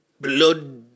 blood